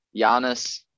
Giannis